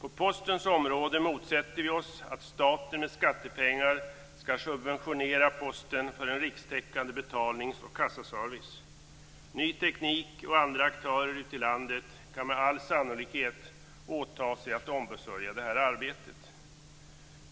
På postens område motsätter vi oss att staten med skattepengar skall subventionera Posten för en rikstäckande betalnings och kassaservice. Ny teknik och andra aktörer ute i landet kan med all sannolikhet åta sig att ombesörja detta arbete.